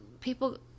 people